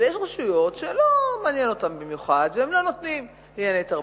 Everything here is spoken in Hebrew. אבל יש רשויות שלא מעניין אותן במיוחד והן לא נותנות לענייני תרבות.